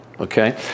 Okay